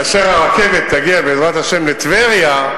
כאשר הרכבת תגיע, בעזרת השם, לטבריה,